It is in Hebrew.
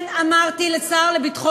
לעוזריו של השר בנט ולכל